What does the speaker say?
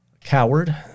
Coward